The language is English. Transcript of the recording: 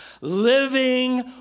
living